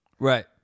Right